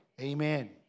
Amen